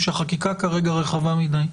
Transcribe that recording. שהחקיקה כרגע רחבה מדי.